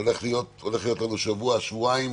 הולכים להיות לנו שבוע, שבועיים